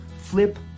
Flip